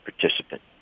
participant